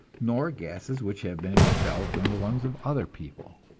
nor gases which have been expelled from the lungs of other people.